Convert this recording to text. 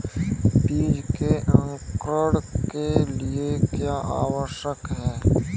बीज के अंकुरण के लिए क्या आवश्यक है?